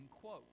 quote